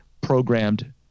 programmed